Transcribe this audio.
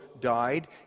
died